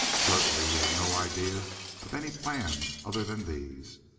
certainly he had no idea of any plans other than these,